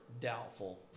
doubtful